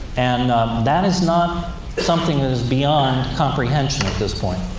and that is not something that is beyond comprehension at this point.